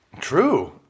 True